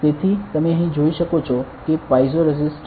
તેથી તમે અહીં જોઈ શકો છો કે પાઇઝો રેઝિસ્ટર છે